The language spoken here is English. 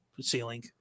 ceiling